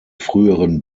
früheren